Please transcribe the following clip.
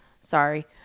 sorry